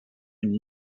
uni